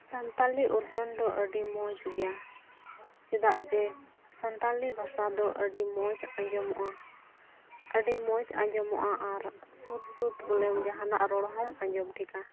ᱥᱟᱱᱛᱟᱲᱤ ᱚᱨᱜᱟᱱ ᱫᱚ ᱟᱹᱰᱤ ᱢᱚᱡᱽ ᱜᱮᱭᱟ ᱪᱮᱫᱟᱜ ᱡᱮ ᱥᱟᱱᱛᱟᱲᱤ ᱵᱷᱟᱥᱟ ᱫᱚ ᱟᱹᱰᱤ ᱢᱚᱡᱽ ᱟᱸᱡᱚᱢᱚᱜᱼᱟ ᱟᱹᱰᱤ ᱢᱚᱡᱽ ᱟᱸᱡᱚᱢᱚᱜᱼᱟ ᱟᱨ ᱥᱩᱫᱷ ᱥᱩᱫᱷ ᱵᱚᱞᱮ ᱡᱟᱦᱟᱱᱟᱜ ᱨᱚᱲ ᱦᱚᱢ ᱟᱸᱡᱚᱢ ᱠᱮᱭᱟ